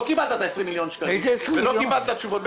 לא קיבלת את ה-20 מיליון שקלים, ולא קיבלת תשובות.